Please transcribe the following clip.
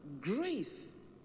Grace